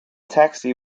taxi